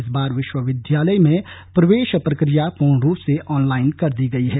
इस बार विश्वविद्यालय में प्रवेश प्रक्रिया पूर्ण रूप से ऑनलाईन कर दी गई है